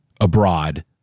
abroad